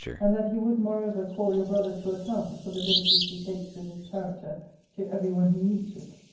and that he would moreover call your brother to account for the liberties he takes with his character to every one he meets with.